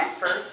first